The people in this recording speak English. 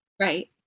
right